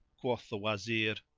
quoth the wazir,